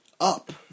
Up